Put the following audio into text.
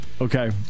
okay